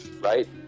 right